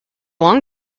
long